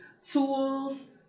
tools